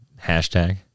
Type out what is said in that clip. Hashtag